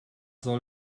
soll